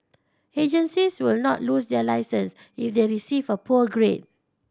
agencies will not lose their licence if they receive a poor grade